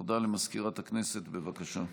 הודעה למזכירת הכנסת, בבקשה.